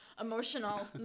emotional